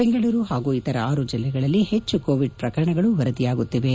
ಬೆಂಗಳೂರು ಪಾಗೂ ಇತರ ಆರು ಜಿಲ್ಲೆಗಳಲ್ಲಿ ಹೆಚ್ಚು ಕೋವಿಡ್ ಪ್ರಕರಣಗಳು ವರದಿಯಾಗುತ್ತಿವೆ